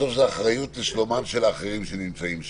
בסוף זה אחריות לשלומם של אחרים שנמצאים שם.